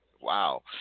Wow